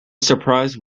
surprise